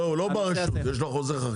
לא, הוא לא בר רשות, יש לו חוזה חכירה.